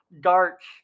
darts